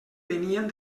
venien